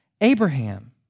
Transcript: Abraham